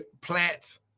plants